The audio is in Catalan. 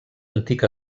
antic